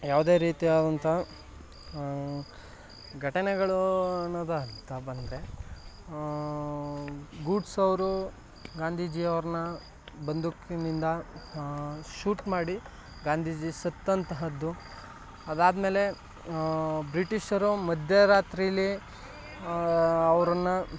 ಯಾವುದೇ ರೀತಿಯಾದಂಥ ಘಟನೆಗಳೂ ಅನ್ನೋದಂತ ಬಂದರೆ ಗೋಡ್ಸೆ ಅವರೆ ಗಾಂಧೀಜಿಯವ್ರನ್ನ ಬಂದೂಕಿನಿಂದ ಶೂಟ್ ಮಾಡಿ ಗಾಂಧೀಜಿ ಸತ್ತಂತಹದ್ದು ಅದಾದ್ಮೇಲೆ ಬ್ರಿಟಿಷರು ಮಧ್ಯರಾತ್ರಿಲಿ ಅವ್ರನ್ನು